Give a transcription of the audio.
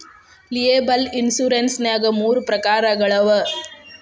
liable insurance ನ್ಯಾಗ್ ಮೂರ ಪ್ರಕಾರಗಳವ